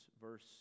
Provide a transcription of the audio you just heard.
verse